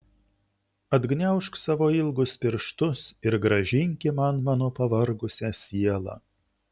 atgniaužk savo ilgus pirštus ir grąžinki man mano pavargusią sielą